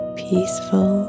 peaceful